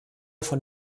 von